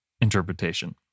interpretation